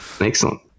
Excellent